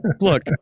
Look